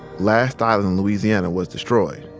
last island, louisiana, was destroyed.